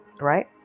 right